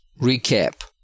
Recap